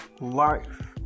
LIFE